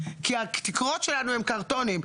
כי התקרות שלנו הן קרטונים.